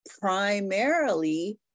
primarily